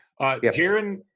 Jaron